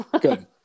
Good